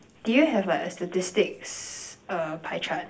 do you have like a statistics uh pie chart